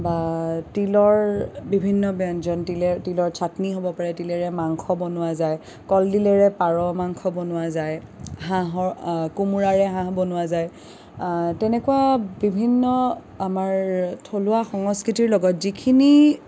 বা তিলৰ বিভিন্ন ব্যঞ্জন তিলৰ তিলৰ চাট্নি হ'ব পাৰে বা তিলেৰে মাংস বনোৱা যায় কলডিলেৰে পাৰ মাংস বনোৱা যায় হাঁহৰ কোমোৰাৰে হাঁহ বনোৱা যায় তেনেকুৱা বিভিন্ন আমাৰ থলুৱা সংস্কৃতিৰ লগত যিখিনি